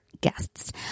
guests